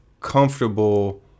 comfortable